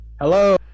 Hello